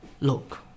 Look